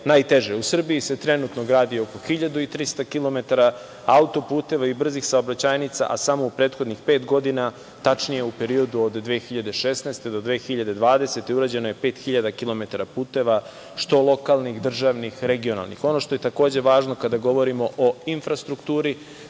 najteže. U Srbiji se trenutno gradi oko 1.300 kilometara autoputeva i brzih saobraćajnica, a samo u prethodnih pet godina, tačnije u periodu od 2016. do 2020. godine urađeno je 5.000 kilometara puteva što lokalnih, državnih, regionalnih. Ono što je takođe važno kada govorimo o infrastrukturi,